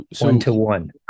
one-to-one